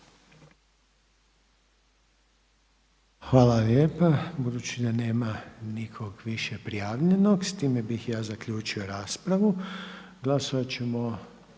Hvala lijepa. Budući da nema nikog više prijavljenog s time bih ja zaključio raspravu. Glasovat ćemo